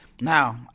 Now